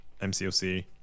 MCOC